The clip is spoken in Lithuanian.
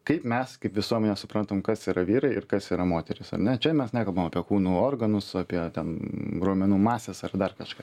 kaip mes kaip visuomenė suprantam kas yra vyrai ir kas yra moterys ar ne čia mes nekalbam apie kūnų organus apie ten raumenų mases ar dar kažką